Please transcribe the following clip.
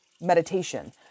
meditation